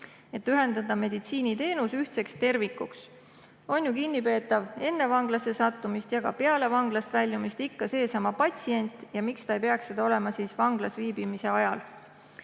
et ühendada meditsiiniteenus ühtseks tervikuks. On ju kinnipeetav enne vanglasse sattumist ja ka peale vanglast väljumist ikka seesama patsient ja miks ta ei peaks ta seda olema vanglas viibimise ajal.